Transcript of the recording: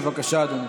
בבקשה, אדוני.